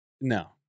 No